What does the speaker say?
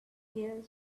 here